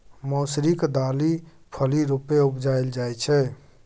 मौसरीक दालि फली रुपेँ उपजाएल जाइ छै